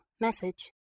message